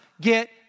get